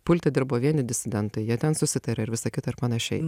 pulte dirbo vieni disidentai jie ten susitarė ir visa kita ir panašiai